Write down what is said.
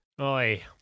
Oi